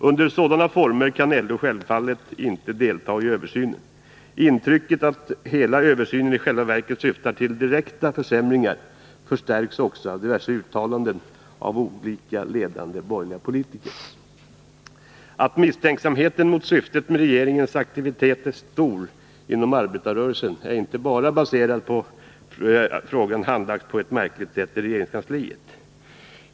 Under sådana former kan LO självfallet inte delta i översynen. Intrycket att hela översynen i själva verket syftar till direkta försämringar förstärks också av diverse uttalanden av olika ledande borgerliga politiker.” Att misstänksamheten mot syftet med regeringens aktivitet är stor inom arbetarrörelsen är inte bara baserat på att frågan handlagts på ett märkligt sätt i regeringskansliet.